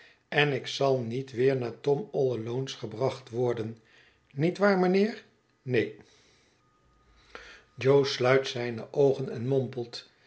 en ik zal niet weer naar tom a ll alones gebracht worden niet waar mijnheer neen jo sluit zijne oogen en mompelt